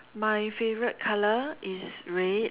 my favourite colour is red